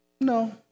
No